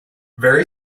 very